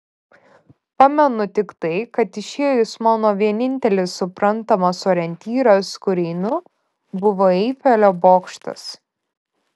pamenu tik tai kad išėjus mano vienintelis suprantamas orientyras kur einu buvo eifelio bokštas